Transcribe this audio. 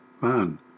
man